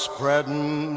Spreading